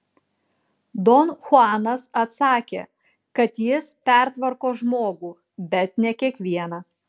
don chuanas atsakė kad jis pertvarko žmogų bet ne kiekvieną